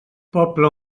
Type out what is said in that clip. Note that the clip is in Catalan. poble